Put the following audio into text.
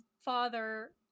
father